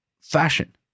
fashion